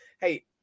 Hey